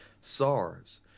SARS